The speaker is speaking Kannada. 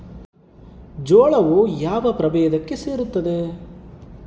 ಜೋಳವು ಯಾವ ಪ್ರಭೇದಕ್ಕೆ ಸೇರುತ್ತದೆ?